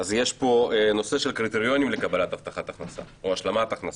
אז יש פה נושא של קריטריונים לקבלת הבטחת הכנסה או השלמת הכנסה: